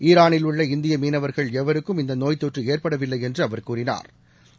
ஈரானில் உள்ள இந்திய மீனவர்கள் எவருக்கும் இந்த நோய் தொற்று ஏற்படவில்லை என்று அவர் கூறினாள்